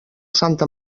santa